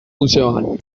museoan